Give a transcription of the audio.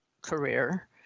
career